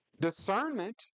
discernment